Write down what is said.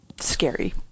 scary